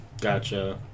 Gotcha